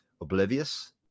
oblivious